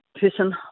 person